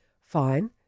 Fine